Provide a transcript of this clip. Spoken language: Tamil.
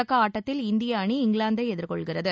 தொடக்க ஆட்டத்தில் இந்திய அணி இங்கிலாந்தை எதிர்கொள்கிறது